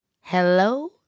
Hello